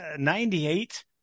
98